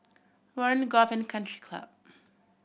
Warren Golf and Country Club